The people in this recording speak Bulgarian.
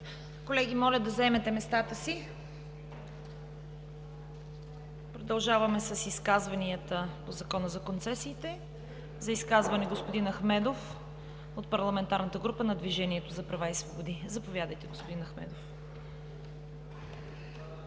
Колеги, моля да заемете местата си – продължаваме с изказванията по Закона за концесиите. За изказване – господин Ахмедов, от парламентарната група на „Движението за права и свободи“. Заповядайте, господин Ахмедов.